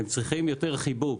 הם צריכים יותר חיבוק.